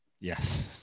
Yes